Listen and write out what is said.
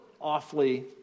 awfully